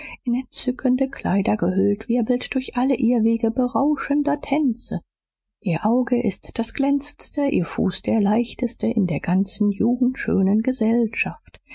entzückende kleider gehüllt wirbelt durch alle irrwege berauschender tänze ihr auge ist das glänzendste ihr fuß der leichteste in der ganzen jugendschönen gesellschaft